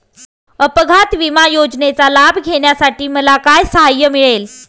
अपघात विमा योजनेचा लाभ घेण्यासाठी मला काय सहाय्य मिळेल?